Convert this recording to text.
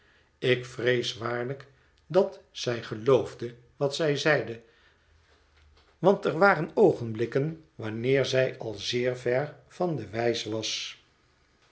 ik vrees waarlijk dat zij geloofde wat zij zeide want er waren oogenblikken wanneer zij al zeer ver van de wijs was